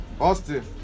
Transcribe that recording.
Austin